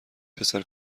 پسر